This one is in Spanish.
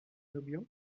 novio